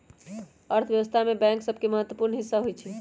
अर्थव्यवस्था में बैंक सभके महत्वपूर्ण हिस्सा होइ छइ